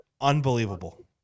unbelievable